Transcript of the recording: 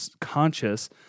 conscious